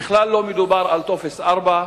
בכלל לא מדובר על טופס 4,